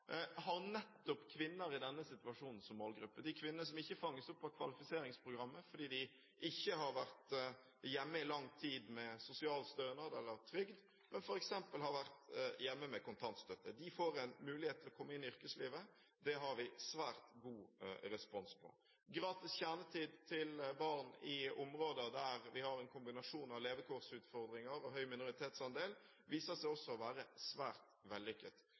har nettopp kvinner i denne situasjonen som målgruppe. De kvinner som ikke fanges opp av kvalifiseringsprogrammet fordi de ikke har vært hjemme i lang tid med sosialstønad eller trygd, men f.eks. har vært hjemme med kontantstøtte, får en mulighet til å komme inn i yrkeslivet. Det har vi svært god respons på. Gratis kjernetid til barn i områder der vi har en kombinasjon av levekårsutfordringer og høy minoritetsandel, viser seg også å være svært vellykket.